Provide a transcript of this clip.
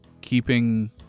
keeping